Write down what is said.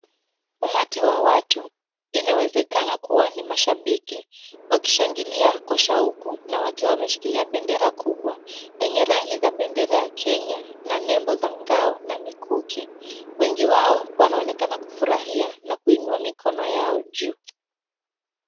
Umati wa watu, inawezekana kuwa ni mashabiki, wakishangilia kwa shauku na wakiwa wameshikilia bendera kubwa yenye rangi za bendera ya Kenya na nembo za ngao na mikuki. Wengi wao wanaonekana kufurahia na kuinua mikono yao juu.